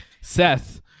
Seth